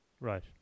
Right